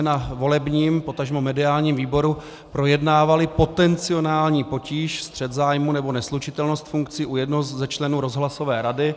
Na volebním, potažmo mediálním výboru jsme projednávali potenciální potíž, střet zájmů nebo neslučitelnost funkcí u jednoho ze členů rozhlasové rady.